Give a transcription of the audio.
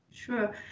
Sure